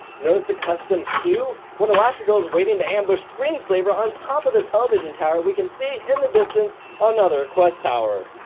notice the custom q? when elastigirl is waiting to ambush screenslaver on top of the television tower we can see in the distance another quest tower.